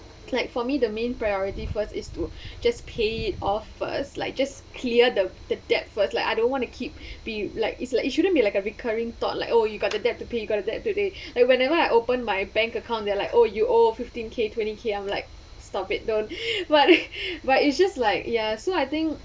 like for me the main priority first is to just pay it off first like just clear the the debt first like I don't want to keep be like is like it shouldn't be like a recurring thought like oh you got a debt to pay you got a debt today like whenever I open my bank account there are like oh you owe fifteen K twenty K I'm like stop it don't but but it's just like ya so I think